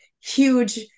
huge